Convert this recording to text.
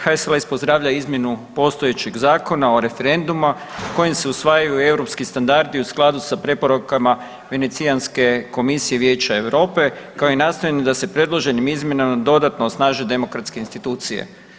HSLS pozdravlja izmjenu postojećeg Zakona o referenduma kojim se usvajaju europski standardi u skladu sa preporukama Venecijanske komisije Vijeća EU kao i nastojanja da se predloženim izmjenama dodatno osnaže demokratske institucije.